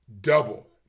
double